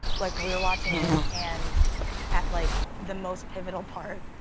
like, we were watching it and at, like, the most pivotal part,